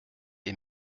est